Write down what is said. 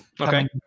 Okay